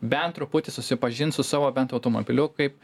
bent truputį susipažint su savo bent automobiliu kaip